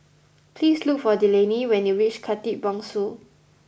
please look for Delaney when you reach Khatib Bongsu